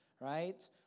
right